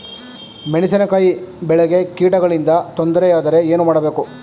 ಮೆಣಸಿನಕಾಯಿ ಬೆಳೆಗೆ ಕೀಟಗಳಿಂದ ತೊಂದರೆ ಯಾದರೆ ಏನು ಮಾಡಬೇಕು?